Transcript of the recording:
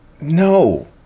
No